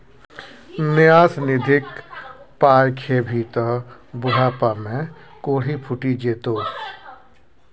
न्यास निधिक पाय खेभी त बुढ़ापामे कोढ़ि फुटि जेतौ